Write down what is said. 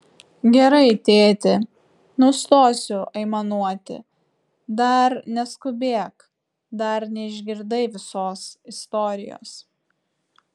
gerai tėti nustosiu aimanuoti dar neskubėk dar neišgirdai visos istorijos